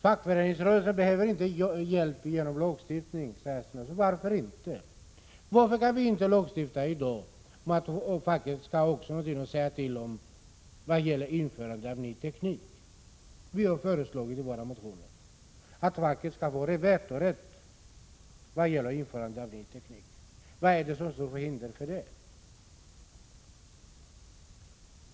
Fackföreningsrörelsen behöver inte hjälp genom lagstiftning, säger Sten Östlund. Varför inte? Varför kan vi inte lagstifta i dag om att facket också skall ha någonting att säga till om när det gäller införande av ny teknik? Vi har i våra motioner föreslagit att facket skall få vetorätt i vad gäller införande av ny teknik. Vad är det som hindrar det?